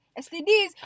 STDs